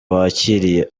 wakiriye